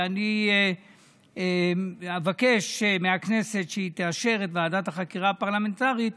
ואני אבקש מהכנסת שהיא תאשר את ועדת החקירה הפרלמנטרית.